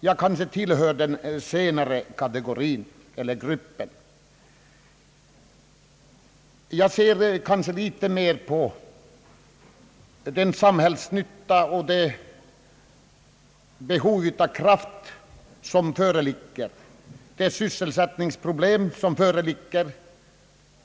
Jag tillhör nog den senare gruppen. Jag ser kanske litet mera till samhällsnyttan och det behov av kraft och sysselsättningstillfällen som föreligger.